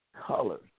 colors